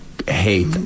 hate